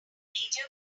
major